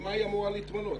ממה היא אמורה להתמלא?